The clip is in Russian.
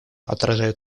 отражают